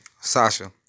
Sasha